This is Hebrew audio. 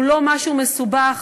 הוא לא משהו מסובך.